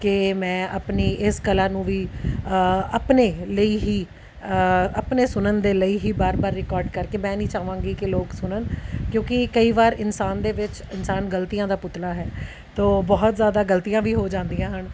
ਕਿ ਮੈਂ ਆਪਣੀ ਇਸ ਕਲਾ ਨੂੰ ਵੀ ਆਪਣੇ ਲਈ ਹੀ ਆਪਣੇ ਸੁਣਨ ਦੇ ਲਈ ਹੀ ਵਾਰ ਵਾਰ ਰਿਕਾਰਡ ਕਰਕੇ ਮੈਂ ਨਹੀਂ ਚਾਹਵਾਂਗੀ ਕਿ ਲੋਕ ਸੁਣਨ ਕਿਉਂਕਿ ਕਈ ਵਾਰ ਇਨਸਾਨ ਦੇ ਵਿੱਚ ਇਨਸਾਨ ਗਲਤੀਆਂ ਦਾ ਪੁਤਲਾ ਹੈ ਤਾਂ ਬਹੁਤ ਜ਼ਿਆਦਾ ਗਲਤੀਆਂ ਵੀ ਹੋ ਜਾਂਦੀਆਂ ਹਨ